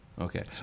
Okay